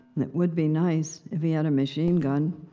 it would be nice if he had a machine gun.